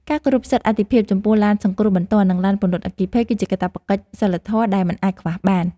ការគោរពសិទ្ធិអាទិភាពចំពោះឡានសង្គ្រោះបន្ទាន់ និងឡានពន្លត់អគ្គិភ័យ គឺជាកាតព្វកិច្ចសីលធម៌ដែលមិនអាចខ្វះបាន។